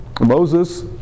Moses